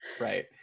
right